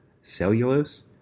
cellulose